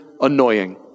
annoying